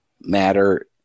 matter